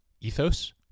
ethos